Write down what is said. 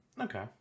Okay